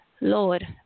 Lord